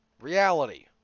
reality